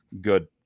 good